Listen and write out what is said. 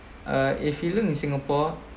uh if you learn in singapore